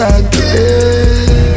again